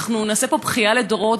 אנחנו נעשה פה בכייה לדורות,